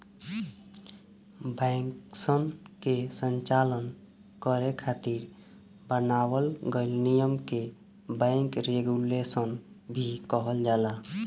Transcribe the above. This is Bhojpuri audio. बैंकसन के संचालन करे खातिर बनावल गइल नियम के बैंक रेगुलेशन भी कहल जाला